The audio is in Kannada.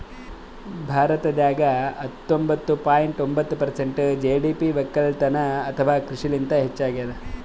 ಭಾರತದಾಗ್ ಹತ್ತೊಂಬತ್ತ ಪಾಯಿಂಟ್ ಒಂಬತ್ತ್ ಪರ್ಸೆಂಟ್ ಜಿ.ಡಿ.ಪಿ ವಕ್ಕಲತನ್ ಅಥವಾ ಕೃಷಿಲಿಂತೆ ಹೆಚ್ಚಾಗ್ಯಾದ